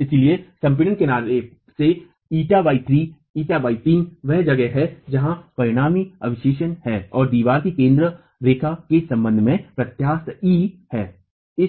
इसलिए संपीड़ित किनारे से η3 वह जगह है जहां परिणामी अधिवेशन है और दीवार की केंद्र रेखा के संबंध में प्रत्यास्थता e ई है